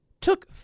took